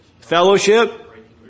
fellowship